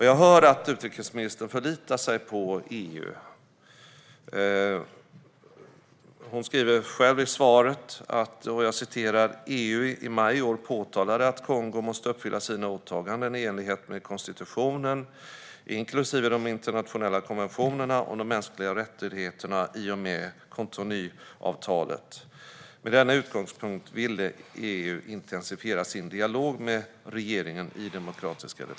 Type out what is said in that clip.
Jag hör att utrikesministern förlitar sig på EU. Hon sa själv i svaret: "I maj påtalade EU att Demokratiska republiken Kongo måste uppfylla sina åtaganden i enlighet med konstitutionen inklusive de internationella konventionerna om de mänskliga rättigheterna i och med Cotonouavtalet." Vidare sa hon: "Med denna utgångspunkt ville EU intensifiera sin dialog med regeringen i DRK."